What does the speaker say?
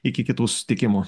iki kitų susitikimų